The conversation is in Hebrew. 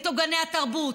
את עוגני התרבות,